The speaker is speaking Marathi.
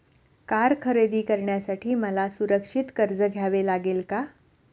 कार खरेदी करण्यासाठी मला सुरक्षित कर्ज घ्यावे लागेल का?